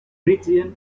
region